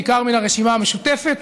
בעיקר מן הרשימה המשותפת,